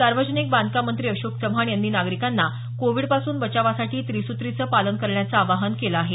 सार्वजनिक बांधकाम मंत्री अशोक चव्हाण यांनी नागरिकांना कोविडपासून बचावासाठी त्रिसूत्रींचं पालन करण्याचं आवाहन केलं आहे